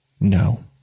No